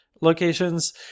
locations